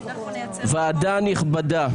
ועדה נכבדה,